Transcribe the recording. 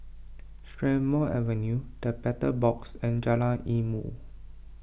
Strathmore Avenue the Battle Box and Jalan Ilmu